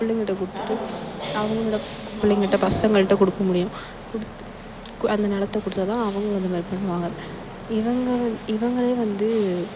பிள்ளைங்கள்ட்ட கொடுத்துட்டு அவங்களோட பிள்ளைங்கள்ட்ட பசங்கள்கிட்ட கொடுக்க முடியும் கொடுத்து கு அந்த நிலத்த கொடுத்தா தான் அவங்களும் அந்த மாதிரி பண்ணுவாங்க இவங்க இவங்களே வந்து